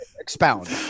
expound